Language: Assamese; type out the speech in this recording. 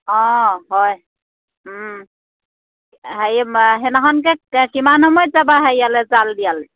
অঁ হয় হেৰি সেইদিনাখনকে কিমান সময়ত যাবা হেৰিয়ালৈ জাল দিয়াল